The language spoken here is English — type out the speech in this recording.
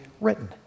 written